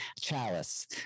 chalice